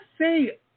say